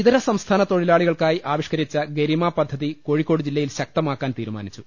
ഇതര സംസ്ഥാന തൊഴിലാളികൾക്കായി ആവിഷ്ക്കരിച്ച ഗരിമ പദ്ധതി കോഴിക്കോട് ജില്ലയിൽ ശക്തമാക്കാൻ തീരുമാനി ച്ചു